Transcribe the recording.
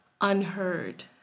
unheard